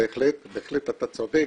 בהחלט אתה צודק,